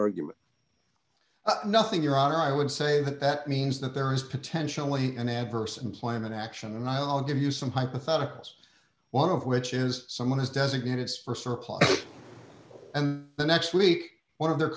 argument nothing your honor i would say that means that there is potentially an adverse employment action and i'll give you some hypotheticals one of which is someone is designated and the next week one of their